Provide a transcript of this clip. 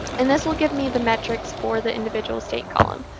and this will give me the metrics for the individual state column.